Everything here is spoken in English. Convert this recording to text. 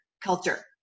culture